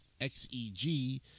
XEG